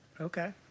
Okay